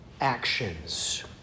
actions